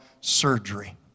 surgery